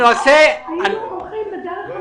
היינו הולכים בדרך המלך.